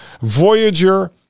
Voyager